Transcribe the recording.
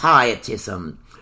pietism